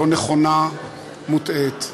לא נכונה, מוטעית,